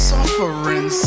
Suffering